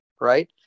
Right